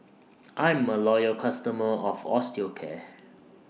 I'm A Loyal customer of Osteocare